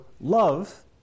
love